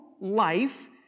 life